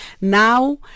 now